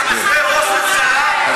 אתה משווה ראש ממשלה, ?